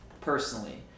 personally